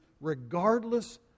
regardless